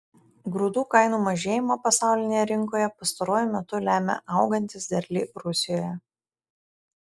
grūdų kainų mažėjimą pasaulinėje rinkoje pastaruoju metu lemia augantys derliai rusijoje